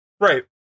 right